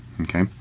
okay